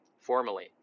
formally